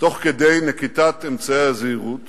תוך כדי נקיטת אמצעי הזהירות